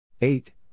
Eight